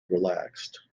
relaxed